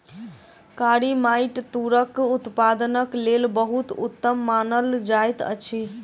कारी माइट तूरक उत्पादनक लेल बहुत उत्तम मानल जाइत अछि